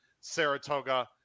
Saratoga